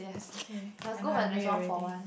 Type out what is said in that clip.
okay I'm hungry already